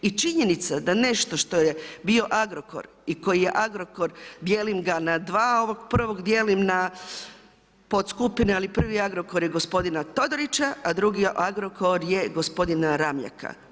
I činjenica da nešto što je bio Agrokor i koji je Agrokor dijelim ga na dva, ovog prvog dijelim na podskupine ali prvi Agrokor je gospodina Todorića, a drugi Agrokor je gospodina Ramljaka.